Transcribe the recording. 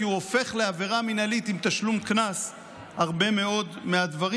כי הוא הופך לעבירה מינהלית עם תשלום קנס הרבה מאוד מהדברים